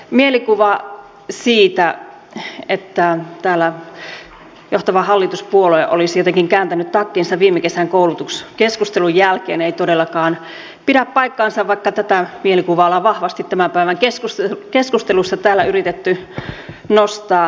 mielikuva siitä että täällä johtava hallituspuolue olisi jotenkin kääntänyt takkinsa viime kesän koulutuskeskustelun jälkeen ei todellakaan pidä paikkaansa vaikka tätä mielikuvaa ollaan vahvasti tämän päivän keskusteluissa täällä yritetty nostaa